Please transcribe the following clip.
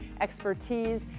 expertise